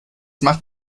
macht